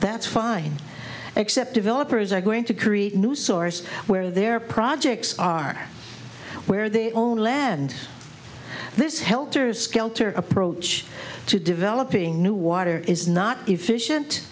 that's fine except developers are going to create a new source where their projects are where they own land this helped or skelter approach to developing new water is not efficient